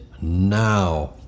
now